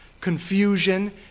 confusion